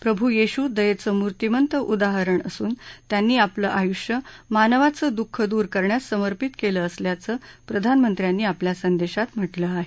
प्रभू येशू दयेचं मूर्तीमंत उदाहरण असून त्यांनी आपलं आयुष्य मानवाचं दुःख दूर करण्यास समर्पित केलं असल्याचं प्रधानमंत्र्यांनी आपल्या संदेशात म्हटलं आहे